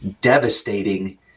devastating